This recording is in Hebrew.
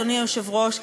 אדוני היושב-ראש,